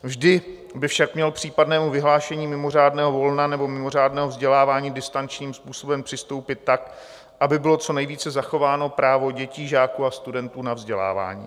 Vždy by však měl k případnému vyhlášení mimořádného volna nebo mimořádného vzdělávání distančním způsobem přistoupit tak, aby bylo co nejvíce zachováno právo dětí, žáků a studentů na vzdělávání.